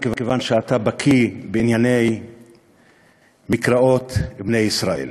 מכיוון שאתה בקי בענייני מקראות בני ישראל.